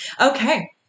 Okay